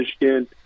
Michigan